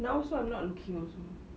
now also I'm not looking also